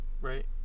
right